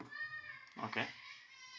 okay